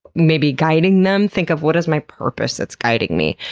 maybe guiding them, think of what is my purpose that's guiding me?